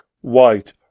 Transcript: white